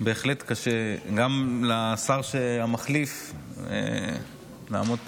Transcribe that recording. בהחלט קשה גם לשר המחליף לעמוד פה,